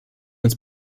uns